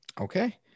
Okay